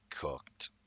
cooked